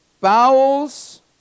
bowels